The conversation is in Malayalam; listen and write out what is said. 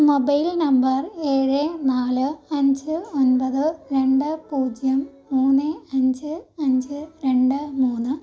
മൊബൈൽ നമ്പർ ഏഴ് നാല് അഞ്ച് ഒൻപത് രണ്ട് പൂജ്യം മുന്ന് അഞ്ച് അഞ്ച് രണ്ട് മൂന്ന്